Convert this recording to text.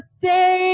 say